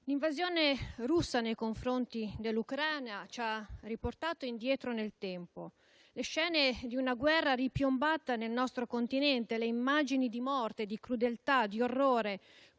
l'invasione russa nei confronti dell'Ucraina ci ha riportato indietro nel tempo. Le scene di una guerra ripiombata nel nostro continente, le immagini di morte, di crudeltà, di orrore